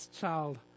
child